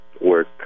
work